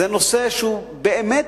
זה נושא שהוא באמת